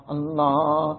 Allah